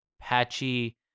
Patchy